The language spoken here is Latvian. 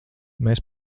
mēs